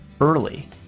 early